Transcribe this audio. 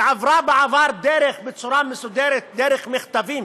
שהתקיימה בעבר בצורה מסודרת דרך מכתבים,